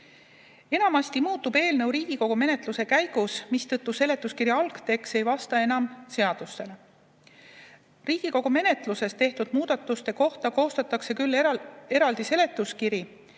Enamasti eelnõu Riigikogu menetluse käigus muutub, mistõttu seletuskirja algtekst ei vasta enam seadusele. Riigikogu menetluses tehtud muudatuste kohta koostatakse eraldi seletuskiri,